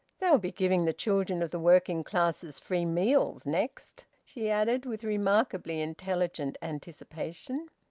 they'll be giving the children of the working classes free meals next! she added, with remarkably intelligent anticipation.